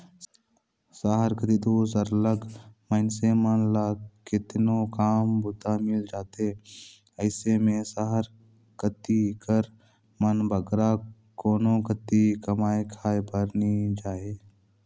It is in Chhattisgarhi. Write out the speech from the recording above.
सहर कती दो सरलग मइनसे मन ल केतनो काम बूता मिल जाथे अइसे में सहर कती कर मन बगरा कोनो कती कमाए खाए बर नी जांए